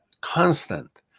constant